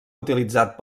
utilitzat